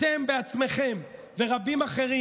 אתם בעצמכם ורבים אחרים,